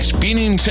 Spinning